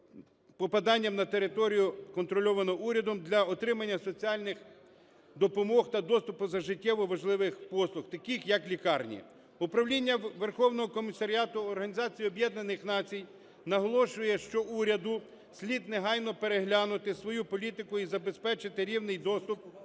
попаданням на територію, контрольовану урядом, для отримання соціальних допомог та доступу до життєво важливих послуг, таких як лікарні. Управління Верховного комісаріату Організації Об'єднаний Націй наголошує, що уряду слід негайно переглянути свою політику і забезпечити рівний доступ до пенсій,